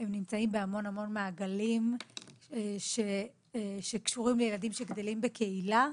הם נמצאים בהמון מעגלים שקשורים לילדים שגדלים בקהילה,